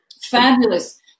Fabulous